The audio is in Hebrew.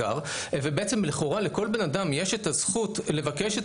אין איסור להחזיק.